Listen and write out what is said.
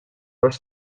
dos